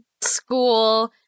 school